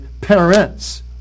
Parents